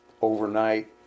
overnight